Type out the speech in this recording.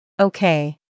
Okay